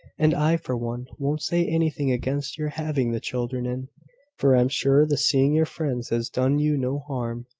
and i, for one, won't say anything against your having the children in for i'm sure the seeing your friends has done you no harm,